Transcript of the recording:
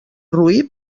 roí